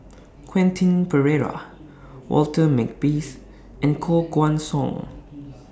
Quentin Pereira Walter Makepeace and Koh Guan Song